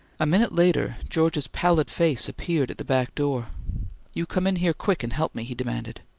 a minute later george's pallid face appeared at the back door you come in here quick and help me, he demanded.